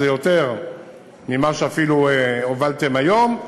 שזה אפילו יותר ממה שהובלתם היום,